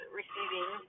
receiving